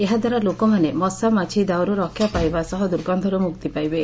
ଏହା ଦ୍ୱାରା ଲୋକମାନେ ମଶା ମାଛି ଦାଉରୁ ରକ୍ଷା ପାଇବା ସହ ଦୁର୍ଗକ୍ଷରୁ ମୁକ୍ତି ପାଇବେ